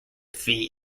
fee